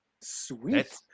Sweet